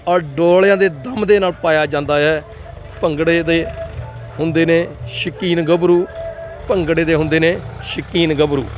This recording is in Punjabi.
ਔਰ ਡੋਲਿਆਂ ਦੇ ਦਮ ਦੇ ਨਾਲ ਪਾਇਆ ਜਾਂਦਾ ਹੈ ਭੰਗੜੇ ਦੇ ਹੁੰਦੇ ਨੇ ਸ਼ੌਕੀਨ ਗੱਭਰੂ ਭੰਗੜੇ ਦੇ ਹੁੰਦੇ ਨੇ ਸ਼ੌਕੀਨ ਗੱਭਰੂ